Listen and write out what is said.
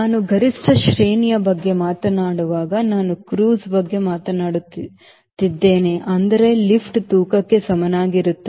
ನಾನು ಗರಿಷ್ಠ ಶ್ರೇಣಿಯ ಬಗ್ಗೆ ಮಾತನಾಡುವಾಗ ನಾನು ಕ್ರೂಸ್ ಬಗ್ಗೆ ಮಾತನಾಡುತ್ತಿದ್ದೇನೆ ಅಂದರೆ ಲಿಫ್ಟ್ ತೂಕಕ್ಕೆ ಸಮಾನವಾಗಿರುತ್ತದೆ